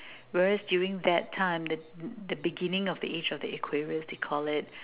whereas during that time the the beginning of the age of the they call it